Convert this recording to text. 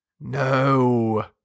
No